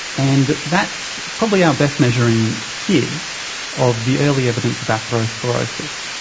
and that's probably our best measure in kids of the early evidence of atherosclerosis.